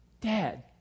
Dad